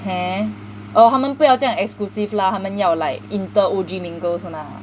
!huh! oh 他们不要这样 exclusive lah 他们要 like inter O_G mingle 是吗